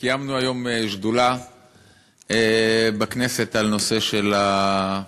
קיימנו היום שדולה בכנסת על הנושא של הכשרות.